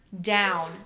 down